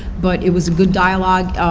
but it was a good dialogue.